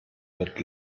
wird